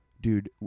dude